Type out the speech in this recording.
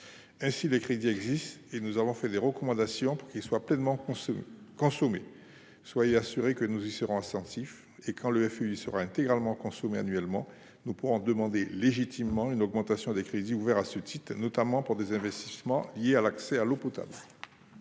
Ainsi, les crédits existent et nous avons formulé des recommandations pour qu'ils soient pleinement consommés. Soyez assurés que nous y serons attentifs. Quand le FEI sera intégralement consommé chaque année, nous pourrons légitimement demander une augmentation des crédits ouverts à ce titre, notamment pour des investissements liés à l'accès à l'eau potable.